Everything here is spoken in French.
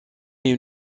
est